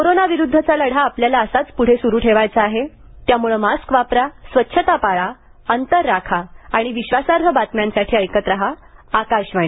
कोरोनाविरुद्धचा लढा आपल्याला असाच पुढे सुरू ठेवायचा आहे त्यामुळे मास्क वापरा स्वच्छता पाळा अंतर राखा आणि विश्वासार्ह बातम्यांसाठी ऐकत राहा आकाशवाणी